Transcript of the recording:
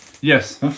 Yes